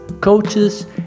coaches